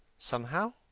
somehow,